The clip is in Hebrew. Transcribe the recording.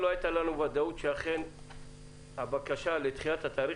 לא הייתה לנו ודאות שאכן הבקשה לדחיית התאריך